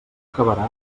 acabarà